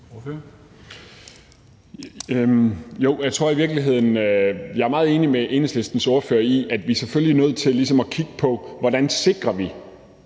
Jeg er meget enig med Enhedslistens ordfører i, at vi selvfølgelig er nødt til ligesom at kigge på, hvordan vi sikrer,